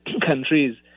countries